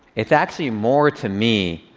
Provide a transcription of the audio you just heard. it's actually more, to me,